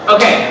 Okay